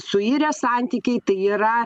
suirę santykiai tai yra